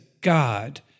god